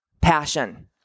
passion